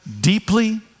deeply